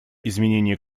изменение